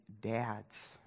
dads